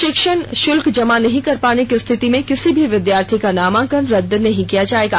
षिक्षण शुल्क जमा नहीं कर पाने की स्थिति में किसी भी विद्यार्थी का नामांकन रद्द नहीं किया जाएगा